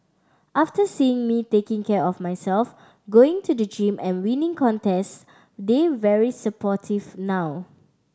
after seeing me taking care of myself going to the gym and winning contests they very supportive now